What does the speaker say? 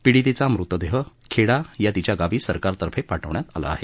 पिडितेचा मृतदेह खेडा या तिच्या गावी सरकारतर्फे पाठवण्यात आला आहे